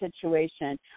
situation